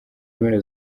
mpera